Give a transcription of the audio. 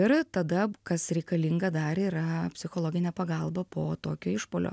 ir tada kas reikalinga dar yra psichologinė pagalba po tokio išpuolio